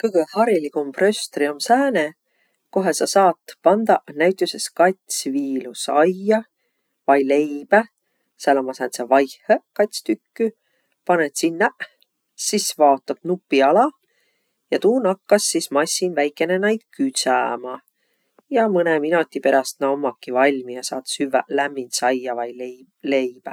Kõgõ hariligumb röstri om sääne, kohe sa saat pandaq näütüses kats viilu saia vai leibä. Sääl ommaq sääntseq vaihõq kats tükkü, panõt sinnäq. Sis vaotat nupi alaq ja tuu nakkas sis massin väikene naid küdsämä. Ja mõnõ minodi peräst na ommakiq valmiq ja saat süvväq lämmind saia vai lei- leibä.